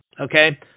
okay